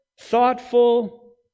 thoughtful